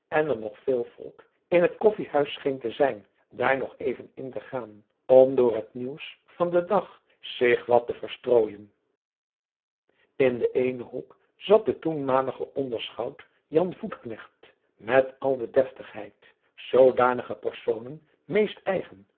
en er nog veel volk in het koffijhuis scheen te zijn daar nog even in te gaan om door het nieuws van den dag zich wat te verstrooijen in den eenen hoek zat de toenmalige onderschout jan voetknecht met al de deftigheid zoodanige personen meest eigen